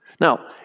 Now